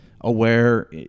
aware